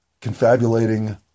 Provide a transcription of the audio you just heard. confabulating